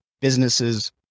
businesses